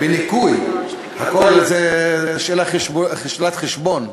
הכול זה שאלת חשבון.